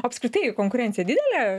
apskritai konkurencija didelė